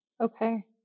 Okay